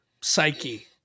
psyche